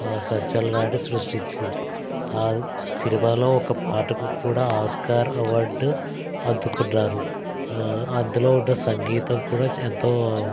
సంచలనాన్ని సృష్టించింది ఆ సినిమాలో ఒక పాటకు కూడా ఆస్కార్ అవార్డు అందుకున్నారు అందులో ఉన్న సంగీతం కూడా ఎంతో